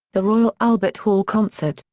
the royal albert hall concert.